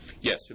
Yes